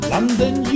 London